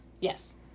Yes